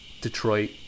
Detroit